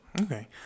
Okay